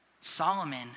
Solomon